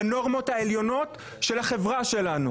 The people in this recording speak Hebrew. בנורמות העליונות של החברה שלנו,